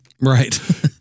Right